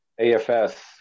AFS